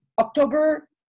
October